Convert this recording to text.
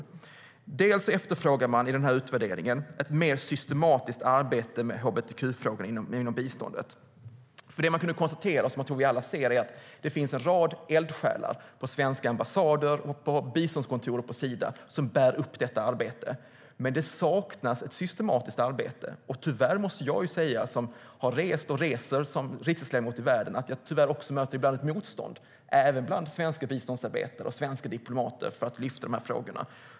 I denna utvärdering efterfrågar man bland annat ett mer systematiskt arbete med hbtq-frågorna inom biståndet. Det som man kunde konstatera, och som jag tror att vi alla ser, är att det finns en rad eldsjälar på svenska ambassader och på biståndskontoren på Sida som bär upp detta arbete. Men det saknas ett systematiskt arbete. Som riksdagsledamot som reser i världen måste jag säga att jag också ibland tyvärr möter ett motstånd även bland svenska biståndsarbetare och svenska diplomater att lyfta fram dessa frågor.